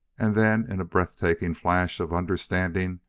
and then, in a breath-taking flash of understanding,